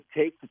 take